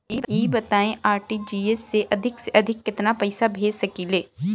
ई बताईं आर.टी.जी.एस से अधिक से अधिक केतना पइसा भेज सकिले?